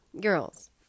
girls